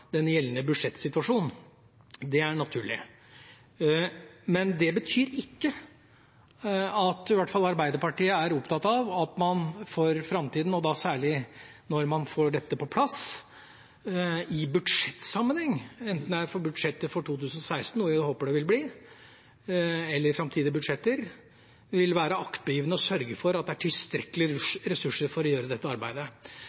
den gjeldende budsjettsituasjon. Det er naturlig. Arbeiderpartiet er opptatt av at man for framtiden – og da særlig når man får dette på plass i budsjettsammenheng, enten det er budsjettet for 2016, noe jeg håper det vil bli, eller i framtidige budsjetter – vil være aktpågivende og sørge for at det er tilstrekkelig med ressurser for å gjøre dette arbeidet.